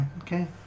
Okay